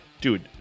Dude